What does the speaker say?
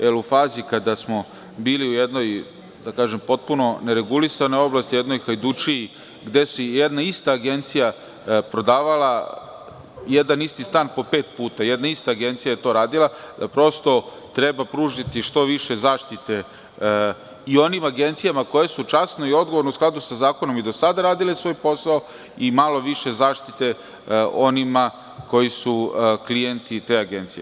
Jer, u fazi kada smo bili u jednoj potpuno neregulisanoj oblasti, jednoj hajdučiji, gde se jedan isti stan prodavao po pet puta, a jedna ista agencija je to radila, prosto, mislimo da treba pružiti što više zaštite i onim agencijama koje su časno i odgovorno i u skladu sa zakonom i do sada radile svoj posao, i malo više zaštite onima koji su klijenti te agencije.